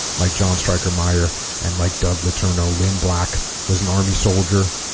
like john striker meyer and like doug letourneau lynn black was an army soldier